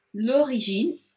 L'Origine